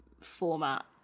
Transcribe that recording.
format